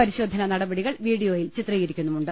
പരിശോധനാ നടപ ടികൾ വീഡിയോയിൽ ചിത്രീകരിക്കുന്നുമുണ്ട്